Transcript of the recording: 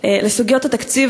לסוגיות התקציב